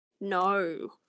No